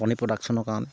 কণী প্ৰডাকশ্যনৰ কাৰণে